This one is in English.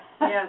Yes